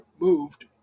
moved